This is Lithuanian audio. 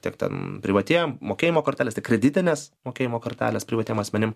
tiek ten privatiem mokėjimo kortelės tiek kreditinės mokėjimo kortelės privatiem asmenim